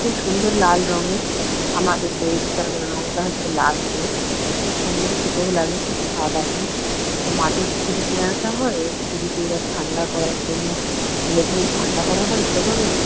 খুব সুন্দর লাল রঙের আমাদের দইটার রঙটা হচ্ছে লাল পুরো খুব সুন্দর খেতেও লাগে খুব স্বাদ আছে তো মাটির খুরি নিয়ে আসা হয় ওই খুরিতে এবার ঠান্ডা করার জন্য ঢেলে দিয়ে ঠান্ডা করা হয় প্রথমে